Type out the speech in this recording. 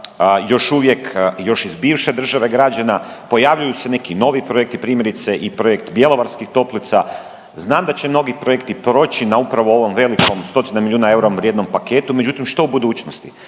još uvijek još iz bivše države građena, pojavljuju se neki novi projekti, primjerice i projekt bjelovarskih toplica. Znam da će mnogi projekti proći na upravo ovom velikom, stotine milijuna eura vrijednom paketu, međutim, što u budućnosti?